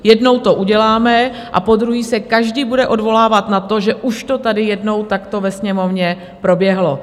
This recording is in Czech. Jednou to uděláme a podruhé se každý bude odvolávat na to, že už to tady jednou takto ve Sněmovně proběhlo.